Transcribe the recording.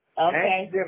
Okay